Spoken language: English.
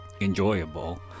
enjoyable